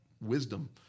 wisdom